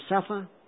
suffer